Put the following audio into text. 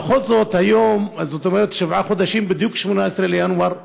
בכל זאת, היום שבעה חודשים, בדיוק 18 בינואר,